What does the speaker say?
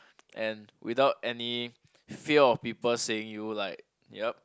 and without any fear of people saying you like ya